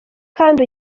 kandi